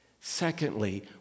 Secondly